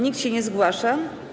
Nikt się nie zgłasza.